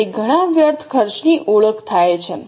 અને ઘણાં વ્યર્થ ખર્ચની ઓળખ થાય છે